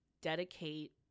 dedicate